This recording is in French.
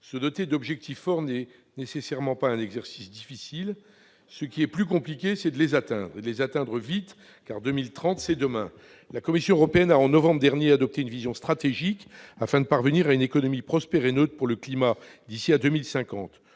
Se doter d'objectifs forts n'est pas nécessairement un exercice difficile. Ce qui est plus compliqué, c'est de les atteindre, et de les atteindre vite, car 2030, c'est demain. La Commission européenne a, en novembre dernier, adopté une vision stratégique afin de parvenir à une économie prospère et neutre pour le climat d'ici à 2050.